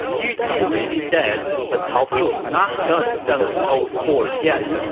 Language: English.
yu jin may be dead, but cao pi was not done settling old scores yet.